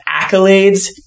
accolades